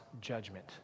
judgment